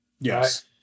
Yes